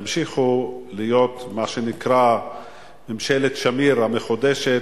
תמשיכו להיות מה שנקרא ממשלת שמיר המחודשת,